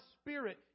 spirit